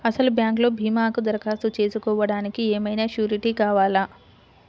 అసలు బ్యాంక్లో భీమాకు దరఖాస్తు చేసుకోవడానికి ఏమయినా సూరీటీ కావాలా?